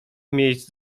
miejsc